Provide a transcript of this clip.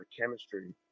chemistry